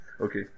okay